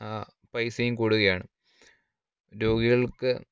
പൈസയും കൂടുകയാണ് രോഗികൾക്ക്